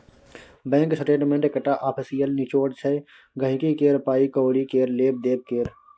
bank statement एकटा official निचोड़ छै गांहिकी केर पाइ कौड़ी केर लेब देब केर